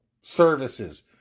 services